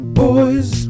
boys